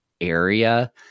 area